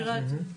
פיראטיות.